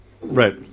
Right